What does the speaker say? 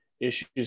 issues